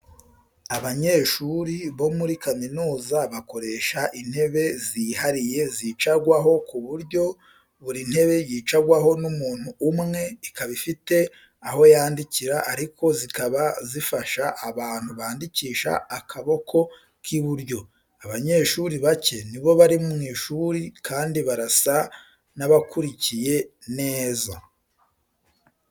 Abanyeshuri bo muri kaminuza bakoresha intebe zihariye zicarwaho ku buryo buri ntebe yicarwaho n'umuntu umwe, ikaba ifite aho yandikira ariko zikaba zifasha abantu bandikisha akaboko k'iburyo. Abanyeshuri bake ni bo bari mu ishuri kandi barasa n'abakurikiye neza.